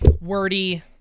wordy